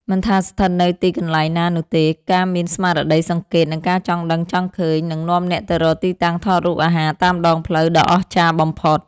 មិនថាស្ថិតនៅទីកន្លែងណានោះទេ ការមានស្មារតីសង្កេត និងការចង់ដឹងចង់ឃើញ នឹងនាំអ្នកទៅរកទីតាំងថតរូបអាហារតាមដងផ្លូវដ៏អស្ចារ្យបំផុត។